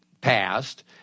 passed